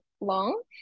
long